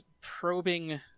probing